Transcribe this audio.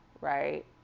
right